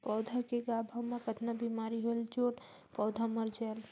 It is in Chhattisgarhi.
पौधा के गाभा मै कतना बिमारी होयल जोन पौधा मर जायेल?